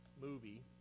movie